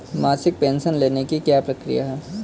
मासिक पेंशन लेने की क्या प्रक्रिया है?